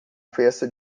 festa